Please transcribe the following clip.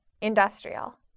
industrial